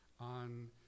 on